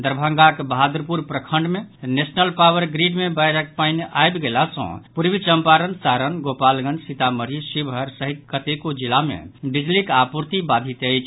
दरभंगाक बहादुरपुर प्रखंड मे नेशनल पावर ग्रिड मे बाढ़ि पानि आबि गेला सँ पूर्वी चम्पारण सारण गोपालगंज सीतामढ़ी शिवहर सहित कतेको जिला मे बिजलीक आपूर्ति बाधित अछि